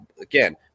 again